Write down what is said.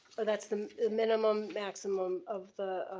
that's the minimum maximum of the